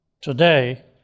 today